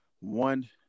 one